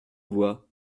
bois